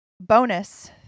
bonus